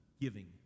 giving